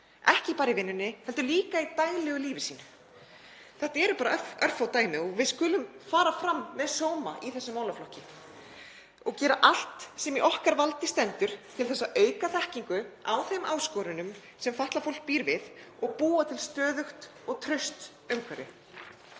ekki bara í vinnunni heldur líka í daglegu lífi sínu. Þetta eru bara örfá dæmi. Við skulum fara fram með sóma í þessum málaflokki og gera allt sem í okkar valdi stendur til að auka þekkingu á þeim áskorunum sem fatlað fólk býr við og búa til stöðugt og traust umhverfi.